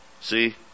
See